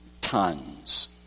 tons